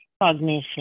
cognition